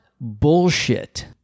bullshit